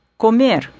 comer